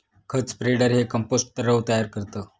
खत स्प्रेडर हे कंपोस्ट द्रव तयार करतं